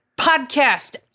Podcast